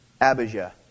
Abijah